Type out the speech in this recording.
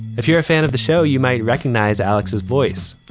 if you're a fan of the show you might recognize alex's voice.